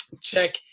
check